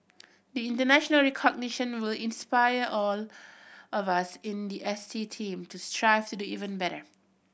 be international recognition will inspire all of us in the S T team to strive to do even better